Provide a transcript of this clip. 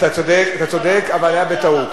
אתה צודק, אבל זה היה בטעות.